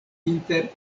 inter